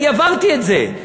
אני עברתי את זה.